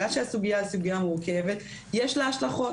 בגלל שהסוגייה היא סוגיה מורכבת יש לה השלכות.